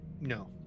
No